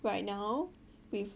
right now with